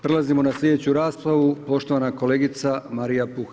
Prelazimo na sljedeću raspravu poštovana kolegica Marija Puh.